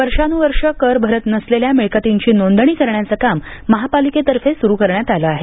वर्षान्वर्षे कर भरत नसलेल्या मिळकतींची नोंदणी करण्याचं काम महापालिकेतर्फे सुरू करण्यात आलं आहे